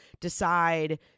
decide